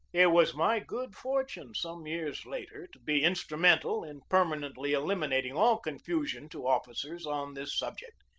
it was my good fortune some years later to be instrumental in permanently eliminating all confu sion to officers on this subject.